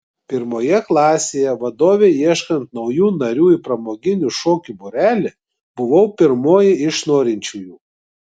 pirmoje klasėje vadovei ieškant naujų narių į pramoginių šokių būrelį buvau pirmoji iš norinčiųjų